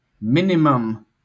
minimum